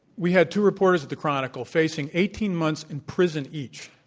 we had two reporters at the chronicle facing eighteen months in prison each,